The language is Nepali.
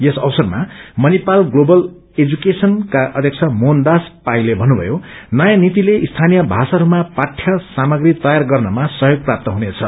यस अवसरमा मणिपाल स्लोबल एडुकेशनका अध्यक्ष मोहनदास पाईले भत्रुमयो नयाँ नीतिले स्यानीय भाषाहरूमा पाठ्य सामग्री तयार गर्नमा सहयोग प्राप्त हुर्नेछ